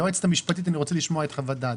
היועצת המשפטית, אני רוצה לשמוע את חוות דעתה.